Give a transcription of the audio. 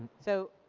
so,